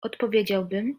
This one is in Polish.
odpowiedziałbym